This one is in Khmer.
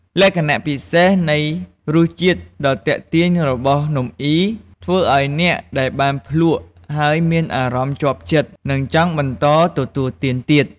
លក្ខណៈពិសេសនៃរសជាតិដ៏ទាក់ទាញរបស់នំអុី ធ្វើឱ្យអ្នកដែលបានភ្លក់ហើយមានអារម្មណ៍ជាប់ចិត្ត និងចង់បន្តទទួលទានទៀត។